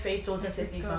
africa